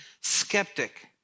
skeptic